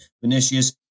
Vinicius